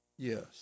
Yes